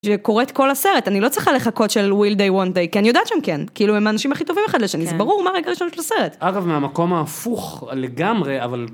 קוראת כל הסרט אני לא צריכה לחכות של וויל דיי וואן דיי כן אני יודעת שם כן כאילו הם האנשים הכי טובים אחד לשני זה ברור מה רגע של הסרט. אגב מהמקום ההפוך לגמרי אבל.